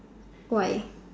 why